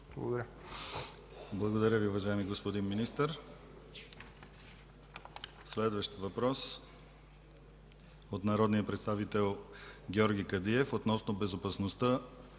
Благодаря Ви, уважаеми господин Министър. Следващият въпрос е от народния представител Георги Кадиев относно безопасността